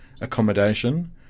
accommodation